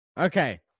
Okay